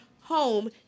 home